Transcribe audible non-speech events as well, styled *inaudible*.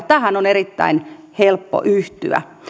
*unintelligible* tähän on erittäin helppo yhtyä